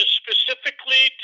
specifically